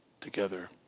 together